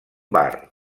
bar